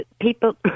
People